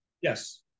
Yes